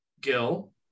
Gil